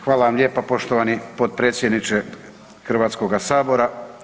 Hvala vam lijepa poštovani potpredsjedniče Hrvatskoga sabora.